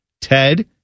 Ted